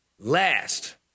Last